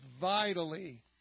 vitally